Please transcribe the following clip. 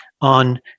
on